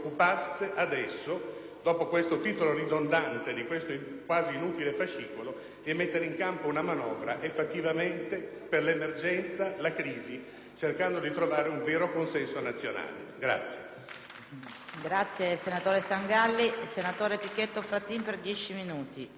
dopo il titolo ridondante riportato in questo quasi inutile fascicolo, mettendo in campo una manovra effettivamente per l'emergenza, per la crisi e cercando di trovare un vero consenso nazionale.